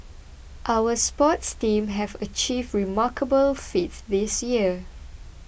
our sports teams have achieved remarkable feats this year